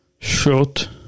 short